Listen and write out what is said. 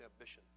ambition